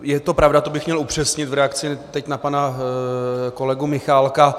Je to pravda, to bych měl upřesnit v reakci teď na pana kolegu Michálka.